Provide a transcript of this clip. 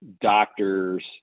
doctors